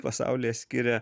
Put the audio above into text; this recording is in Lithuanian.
pasaulyje skiria